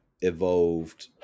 evolved